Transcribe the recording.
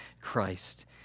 Christ